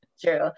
true